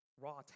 raw